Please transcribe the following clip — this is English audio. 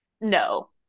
no